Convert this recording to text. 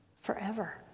forever